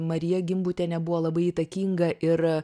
marija gimbutienė buvo labai įtakinga ir